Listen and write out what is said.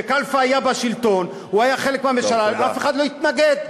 כשכלפה היה בשלטון הוא היה חלק מהממשלה ואף אחד לא התנגד,